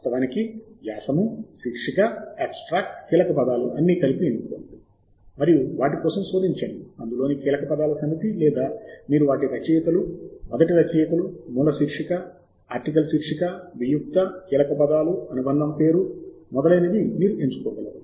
వాస్తవానికి వ్యాస శీర్షిక అబ్స్ట్రాక్ట్ కీలకపదాలు అన్నీ కలిపి ఎన్నుకోండి మరియు వాటి కోసం శోధించండి అందులోని కీలక పదాల సమితి లేదా మీరు వాటి రచయితలు మొదటి రచయితలు మూల శీర్షిక ఆర్టికల్ శీర్షిక వియుక్త కీలకపదాలు అనుబంధ పేరు మొదలైనవి మీరు ఎంచుకోగలరు